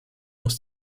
muss